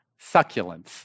succulents